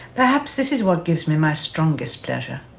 perhaps this is what gives me my strongest pleasure.